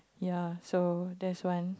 ya so that's one